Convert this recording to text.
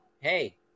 hey